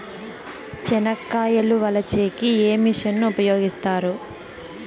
చెనక్కాయలు వలచే కి ఏ మిషన్ ను ఉపయోగిస్తారు?